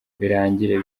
birangira